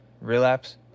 Relapse